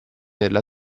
della